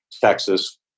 Texas